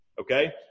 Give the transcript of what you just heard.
okay